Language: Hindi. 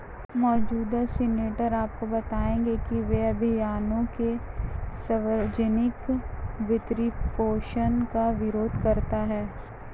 मौजूदा सीनेटर आपको बताएंगे कि वे अभियानों के सार्वजनिक वित्तपोषण का विरोध करते हैं